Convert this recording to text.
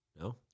No